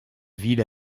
ville